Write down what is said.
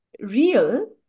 real